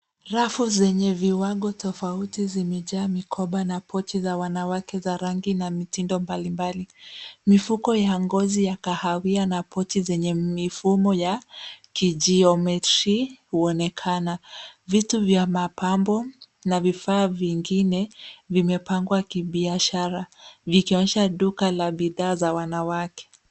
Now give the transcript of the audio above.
Rafu zenye viwango tofauti zimejaa mikoba na pochi za wanawake za rangi na mitindo mbalimbali. Mifuko ya ngozi ya kahawia na pochi zenye mifumo ya kijiometri kuonekana, Vitu vya mapambo na vifaa vingine vimepangwa kibiashara vikionyesha duka la bidhaa vya wanawake.